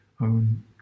own